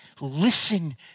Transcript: listen